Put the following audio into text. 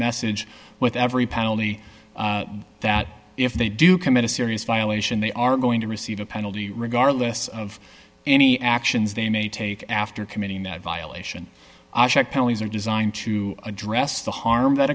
message with every penalty that if they do commit a serious violation they are going to receive a penalty regardless of any actions they may take after committing that violation penalties are designed to address the harm that